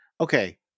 okay